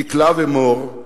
דקלה ומור,